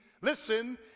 Listen